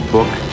Book